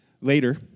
later